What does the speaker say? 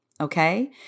Okay